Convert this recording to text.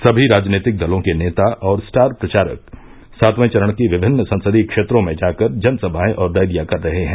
सभी राजनीतिक दलों के नेता और स्टार प्रचारक सातवें चरण की विभिन्न संसदीय क्षेत्रों में जा कर जनसभायें और रैलियां कर रहे हैं